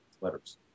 letters